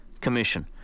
Commission